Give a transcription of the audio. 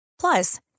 Plus